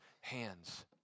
hands